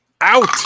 Out